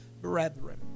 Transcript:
brethren